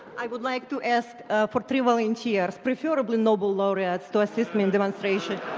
i would like to ask for three volunteers, preferably nobel laureates, to assist me in demonstration.